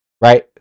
Right